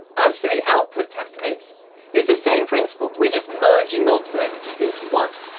as for the output template it's the same principle we're just merging multiple entities into one.